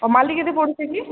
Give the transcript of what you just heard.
ଆଉ ମାଲି କେତେ ପଡ଼ୁଛେ କି